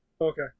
Okay